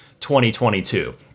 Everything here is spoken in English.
2022